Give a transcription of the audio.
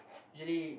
actually